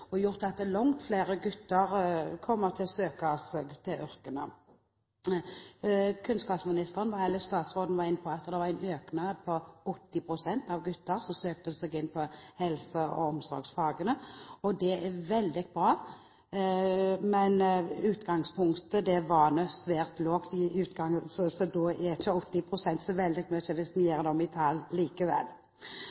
og gjort at langt flere gutter ville søke seg til yrkene. Statsråden var inne på at det var økning på 80 pst. av gutter som søkte seg inn på helse- og omsorgsfagene. Det er veldig bra. Men utgangspunktet var svært lavt, så da er ikke 80 pst. så veldig mye når vi